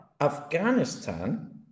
Afghanistan